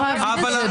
אפשר להבין את זה.